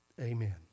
amen